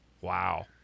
Wow